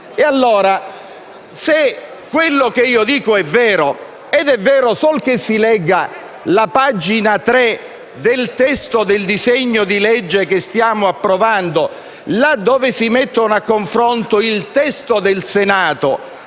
nazionale. Se quello che dico è vero - ed è vero, sol che si legga la pagina del disegno di legge che stiamo approvando, laddove si mettono a confronto il testo del Senato